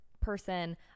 person